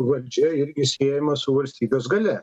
valdžia irgi siejama su valstybės galia